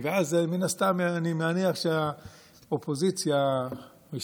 ואז מן הסתם אני מניח שהאופוזיציה המסתמנת,